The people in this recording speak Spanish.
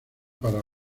para